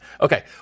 Okay